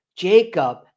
Jacob